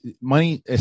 money